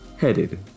headed